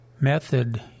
method